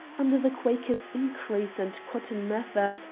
under the quakers increase and cotton mather,